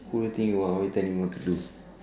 who do you think you are why you telling me what to do